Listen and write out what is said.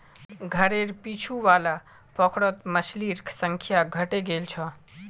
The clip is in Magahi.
घरेर पीछू वाला पोखरत मछलिर संख्या घटे गेल छ